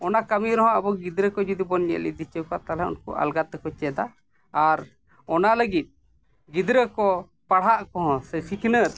ᱚᱱᱟ ᱠᱟᱹᱢᱤ ᱨᱮᱦᱚᱸ ᱟᱵᱚ ᱜᱤᱫᱽᱨᱟᱹ ᱠᱚ ᱡᱩᱫᱤ ᱵᱚᱱ ᱧᱮᱞ ᱤᱫᱤᱪᱚ ᱠᱚᱣᱟ ᱛᱟᱦᱚᱞᱮ ᱩᱱᱠᱩ ᱟᱞᱜᱟ ᱛᱮᱠᱚ ᱪᱮᱫᱟ ᱟᱨ ᱚᱱᱟ ᱞᱟᱹᱜᱤᱫ ᱜᱤᱫᱽᱨᱟᱹ ᱠᱚ ᱯᱟᱲᱦᱟᱜ ᱠᱚᱦᱚᱸ ᱥᱮ ᱥᱤᱠᱷᱱᱟᱹᱛ